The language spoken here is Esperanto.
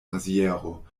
maziero